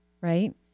right